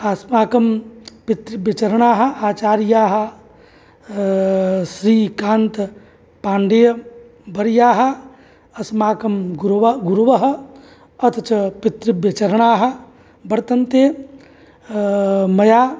अस्माकं पितृव्यचरणाः आचार्याः श्रीकान्तपाण्डेयवर्याः अस्माकं गुर्वा गुरवः अथ च पितृव्यचरणाः वर्तन्ते मया